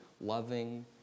loving